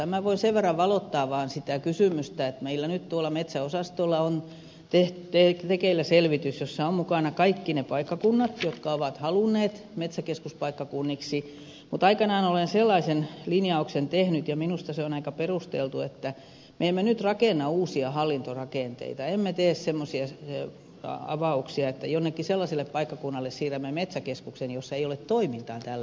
minä voin sen verran valottaa sitä kysymystä että meillä nyt tuolla metsäosastolla on tekeillä selvitys jossa ovat mukana kaikki ne paikkakunnat jotka ovat halunneet metsäkeskuspaikkakunniksi mutta aikanaan olen sellaisen linjauksen tehnyt ja minusta se on aika perusteltu että me emme nyt rakenna uusia hallintorakenteita emme tee semmoisia avauksia että jonnekin sellaiselle paikkakunnalle siirrämme metsäkeskuksen jossa ei ole toimintaa tällä hetkellä